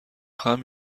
خواهم